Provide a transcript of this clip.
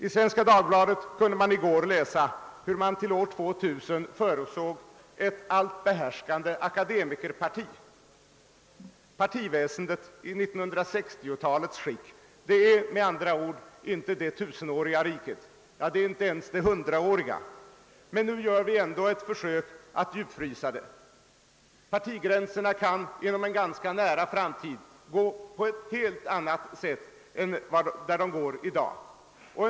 I Svenska Dagbladet kunde vi i går läsa hur man till år 2000 förutsåg ett allt behärskande akademikerparti. Partiväsendet i 1960-talets skick är, med andra ord, inte det tusenåriga riket — det är inte ens det hundraåriga. Men nu gör vi ändå ett försök att djupfrysa det. Partigränserna kan inom en ganska nära framtid komma att bli helt andra än de vi i dag har.